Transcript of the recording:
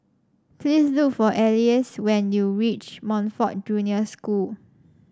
please look for Elease when you reach Montfort Junior School